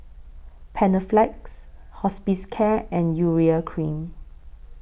Panaflex Hospicare and Urea Cream